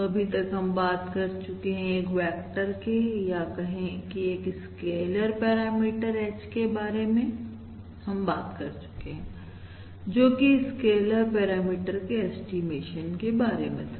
तो अभी तक हम बात कर चुके हैं एक पैरामीटर के या कहे कि एक स्केलर पैरामीटर H के बारे में बात कर चुके हैं जोकि स्केलर पैरामीटर के ऐस्टीमेशन में बारे में था